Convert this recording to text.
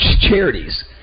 charities